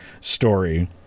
story